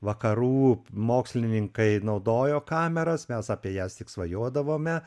vakarų mokslininkai naudojo kameras mes apie jas tik svajodavome